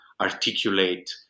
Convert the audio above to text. articulate